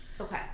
Okay